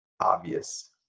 obvious